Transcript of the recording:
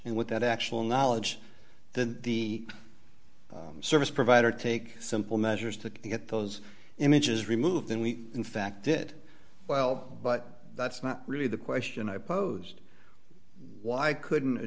and what that actual knowledge than the service provider take simple measures to get those images removed and we in fact did well but that's not really the question i posed why couldn't